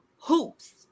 hoops